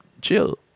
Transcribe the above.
chill